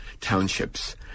townships